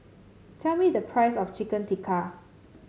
tell me the price of Chicken Tikka